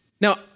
Now